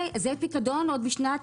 זה פיקדון עוד משנת